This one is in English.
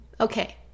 Okay